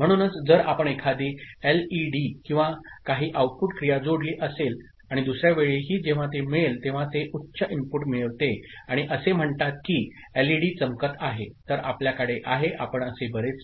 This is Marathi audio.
म्हणूनच जर आपण एखादी एलईडी किंवा काही आऊटपुट क्रिया जोडली असेल आणि दुसर्या वेळीही जेव्हा ते मिळेल तेव्हा ते उच्च इनपुट मिळविते आणि असे म्हणतात की एलईडी चमकत आहे तर आपल्याकडे आहे आपण असे बरेच